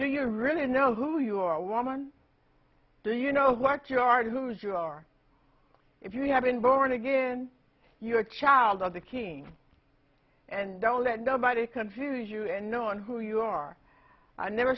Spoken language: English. do you really know who you are a woman do you know what you are who is you are if you have been born again you are a child of the king and don't let nobody confuse you and knowing who you are i never